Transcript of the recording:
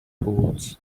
holds